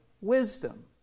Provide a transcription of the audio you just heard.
wisdom